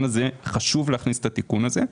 הזה חשוב להכניס את התיקון הזה.